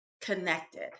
connected